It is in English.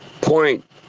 point